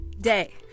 day